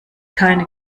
keine